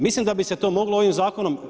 Mislim da bi se to moglo ovim zakonom.